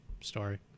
story